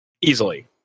easily